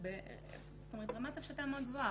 זה ברמת הפשטה מאוד גבוהה.